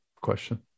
question